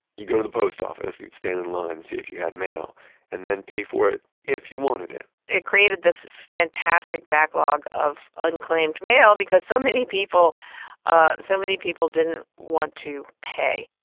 you go to the post office, you'd stand in line and see if you had mail and then pay for it if you wanted it it created this fantastic backlog of unclaimed mail, because so many people ah so many people didn't want to pay